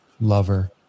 lover